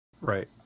right